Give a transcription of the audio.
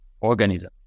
organism